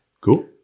Cool